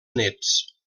néts